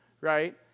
right